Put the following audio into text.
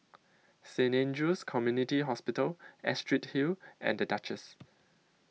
Saint Andrew's Community Hospital Astrid Hill and The Duchess